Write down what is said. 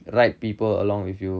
right people along with you